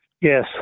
Yes